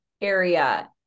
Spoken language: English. area